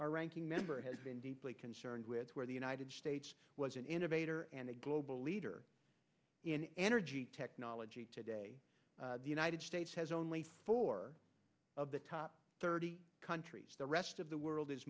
our ranking member has been deeply concerned with where the united states was an innovator and a global leader in energy technology today the united states has only four of the top thirty countries the rest of the world is